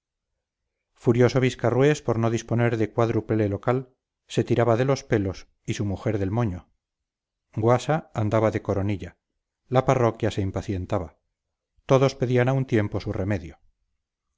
dormir furioso viscarrués por no disponer de cuádruple local se tiraba de los pelos y su mujer del moño guasa andaba de coronilla la parroquia se impacientaba todos pedían a un tiempo su remedio